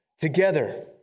Together